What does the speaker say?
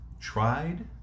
Tried